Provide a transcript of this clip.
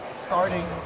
starting